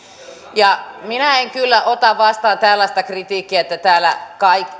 minä en kyllä ota vastaan tällaista kritiikkiä että täällä